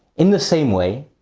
in the same way,